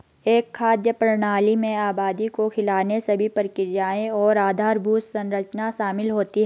एक खाद्य प्रणाली में आबादी को खिलाने सभी प्रक्रियाएं और आधारभूत संरचना शामिल होती है